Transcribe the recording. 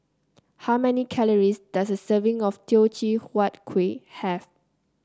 how many calories does a serving of Teochew Huat Kueh have